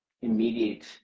immediate